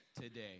Today